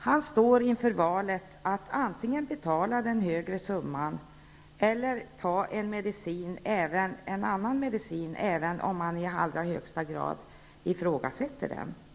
Patienten står inför valet att antingen betala den högre summan eller också välja en annan medicin, även om han eller hon i allra högsta grad ifrågasätter dess lämplighet.